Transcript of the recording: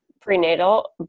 prenatal